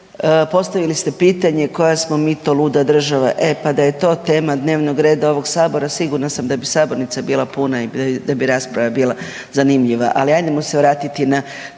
Postavili ste pitanje koja smo mi to luda država. E pa da je to tema dnevnog reda ovog Sabora, sigurna sam da bi sabornica bila puta i da bi rasprava bila zanimljiva.